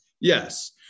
Yes